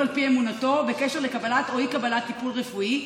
על פי אמונתו בקשר לקבלת או אי-קבלת טיפול רפואי,